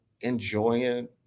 enjoying